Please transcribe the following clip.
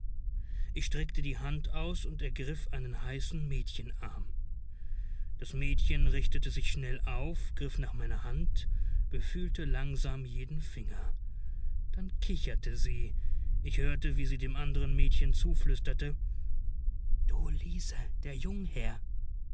ich streckte die hand aus und ergriff einen heißen mädchenarm das mädchen richtete sich schnell auf griff nach meiner hand befühlte langsam jeden finger dann kicherte sie ich hörte wie sie dem anderen mädchen zuflüsterte du liese der jungherr